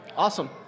Awesome